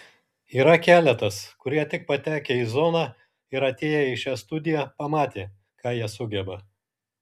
yra keletas kurie tik patekę į zoną ir atėję į šią studiją pamatė ką jie sugeba